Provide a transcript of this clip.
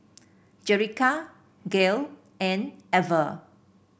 Jerica Gale and Ever